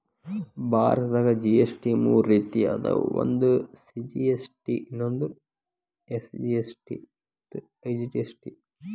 ಭಾರತದಾಗ ಜಿ.ಎಸ್.ಟಿ ಮೂರ ರೇತಿ ಅದಾವ ಒಂದು ಸಿ.ಜಿ.ಎಸ್.ಟಿ ಇನ್ನೊಂದು ಎಸ್.ಜಿ.ಎಸ್.ಟಿ ಮತ್ತ ಐ.ಜಿ.ಎಸ್.ಟಿ